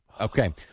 Okay